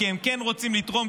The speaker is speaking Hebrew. כי הם כן רוצים לתרום,